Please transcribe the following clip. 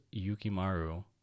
Yukimaru